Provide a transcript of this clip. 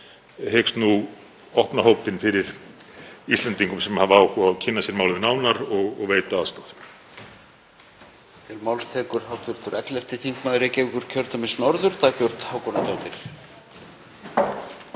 hyggjast nú opna hópinn fyrir Íslendingum sem hafa áhuga á að kynna sér málið nánar og veita aðstoð.